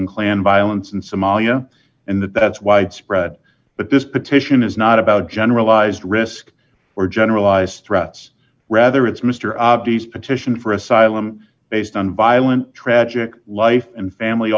in clan violence in somalia and that that's why spread but this petition is not about generalized risk or generalized threats rather it's mister obvious petition for asylum based on violent tragic life and family